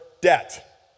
debt